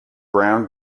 brown